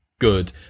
good